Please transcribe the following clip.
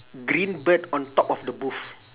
green bird on top of the booth